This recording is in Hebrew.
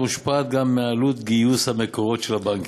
מושפעת גם מעלות גיוס המקורות של הבנקים,